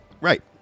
Right